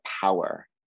power